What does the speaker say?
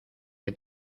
que